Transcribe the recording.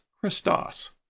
Christos